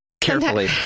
Carefully